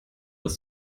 als